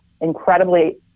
incredibly